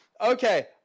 Okay